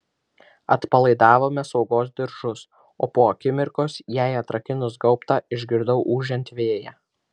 atpalaidavome saugos diržus o po akimirkos jai atrakinus gaubtą išgirdau ūžiant vėją